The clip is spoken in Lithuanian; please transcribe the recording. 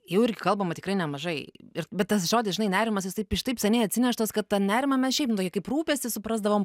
jau ir kalbama tikrai nemažai ir bet tas žodis žinai nerimas jis taip iš taip seniai atsineštas kad tą nerimą mes šiaip nu jį kaip rūpestį suprasdavom